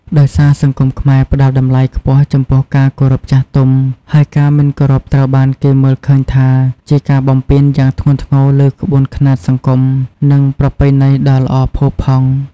ដោយសារសង្គមខ្មែរផ្ដល់តម្លៃខ្ពស់ចំពោះការគោរពចាស់ទុំ ហើយការមិនគោរពត្រូវបានគេមើលឃើញថាជាការបំពានយ៉ាងធ្ងន់ធ្ងរលើក្បួនខ្នាតសង្គម និងប្រពៃណីដ៏ល្អផូរផង់។